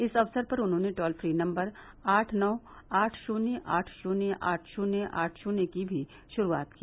इस अक्सर पर उन्होंने टोल फ्री नम्बर आठ नौ आठ शुन्य आठ शुन्य आठ शुन्य आठ शुन्य की भी शुरूआत की